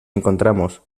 encontramos